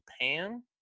Japan